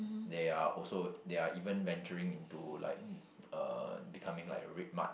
they are also they are even venturing into like um uh becoming like RedMart